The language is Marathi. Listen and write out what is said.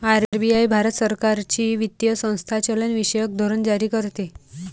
आर.बी.आई भारत सरकारची वित्तीय संस्था चलनविषयक धोरण जारी करते